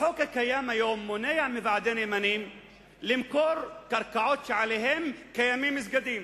החוק הקיים היום מונע מוועד הנאמנים למכור קרקעות שעליהן קיימים מסגדים.